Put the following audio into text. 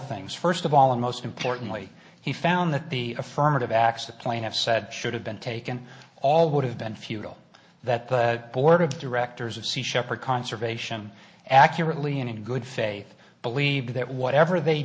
things first of all and most importantly he found that the affirmative action plan have said should have been taken all would have been futile that but board of directors of sea shepherd conservation accurately and in good faith believe that whatever they